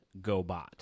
GoBot